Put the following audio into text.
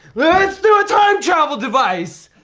let's do a time-travel device!